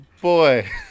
boy